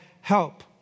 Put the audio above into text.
help